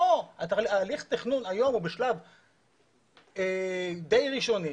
הליך התכנון היום הוא בשלב די ראשוני,